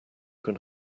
can